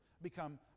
become